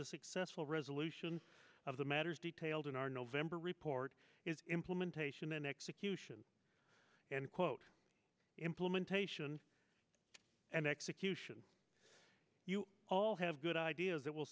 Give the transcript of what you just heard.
the successful resolution of the matter is detailed in our november report implementation and execution end quote implementation and execution all have good ideas that will